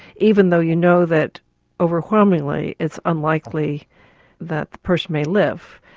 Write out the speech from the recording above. even though you know that overwhelmingly it's unlikely that the person may live.